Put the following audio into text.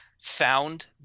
found